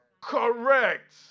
Correct